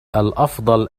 الأفضل